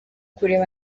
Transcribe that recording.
kureba